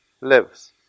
lives